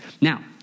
Now